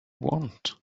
want